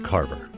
Carver